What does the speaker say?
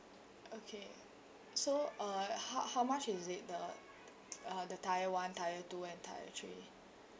okay so uh how how much is it the uh the tier one tier two and tier three